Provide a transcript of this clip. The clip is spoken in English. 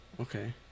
Okay